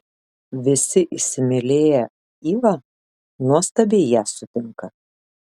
visi įsimylėję ivą nuostabiai ją sutinka